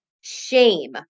shame